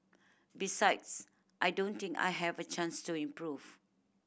besides I don't think I have a chance to improve